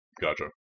Gotcha